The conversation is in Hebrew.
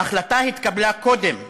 ההחלטה התקבלה קודם.